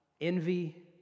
Envy